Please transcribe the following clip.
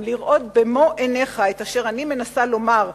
לראות במו-עיניך את אשר אני מנסה לומר,